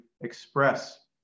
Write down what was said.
express